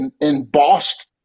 embossed